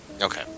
Okay